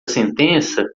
sentença